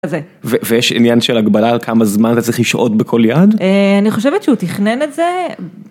ויש עניין של הגבלה על כמה זמן אתה צריך לשהות בכל יעד, אני חושבת שהוא תכנן את זה.